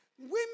women